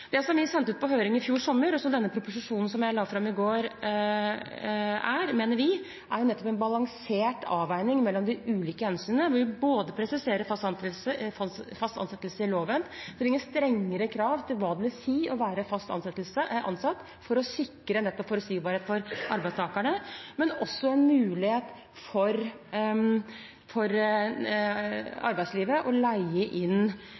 går, mener vi er nettopp en balansert avveining mellom de ulike hensynene. Vi vil både presisere fast ansettelse i loven, trenge strengere krav til hva det vil si å være fast ansatt for å sikre nettopp forutsigbarhet for arbeidstakerne, og også mulighet for arbeidslivet til å leie inn